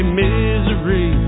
misery